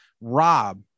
rob